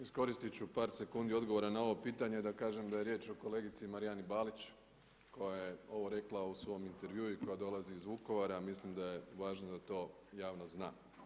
Iskoristit ću par sekundi odgovora na ovo pitanje da kažem da je riječ o kolegici Marijani Balić koja je ovo rekla u svom intervjuu i koja dolazi iz Vukovara, mislim da je važno da to javnost zna.